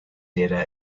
data